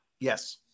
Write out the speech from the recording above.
yes